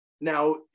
Now